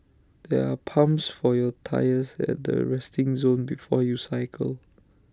there are pumps for your tyres at the resting zone before you cycle